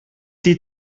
die